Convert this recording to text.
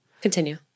Continue